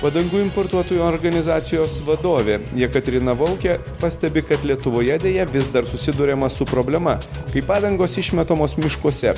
padangų importuotojų organizacijos vadovė jekaterina volke pastebi kad lietuvoje deja vis dar susiduriama su problema kai padangos išmetamos miškuose